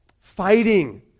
Fighting